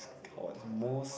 what most